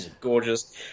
gorgeous